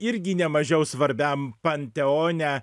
irgi ne mažiau svarbiam panteone